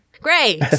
Great